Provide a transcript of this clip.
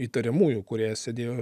įtariamųjų kurie sėdėjo